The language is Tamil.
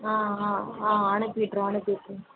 ஆ ஆ ஆ அனுப்பிவிட்றோம் அனுப்பிவிட்றோம்